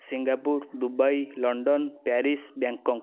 Singapore Dubai London Paris Bangkok